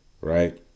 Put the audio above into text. Right